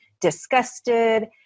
disgusted